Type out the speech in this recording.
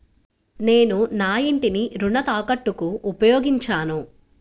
నేను నా ఇంటిని రుణ తాకట్టుకి ఉపయోగించాను